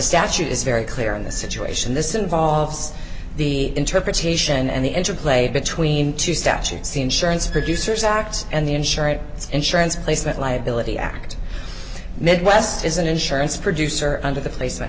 statute is very clear in this situation this involves the interpretation and the interplay between two statutes the insurance producers act and the insurance it's insurance placement liability act midwest is an insurance producer under the place